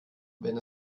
wenn